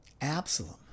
Absalom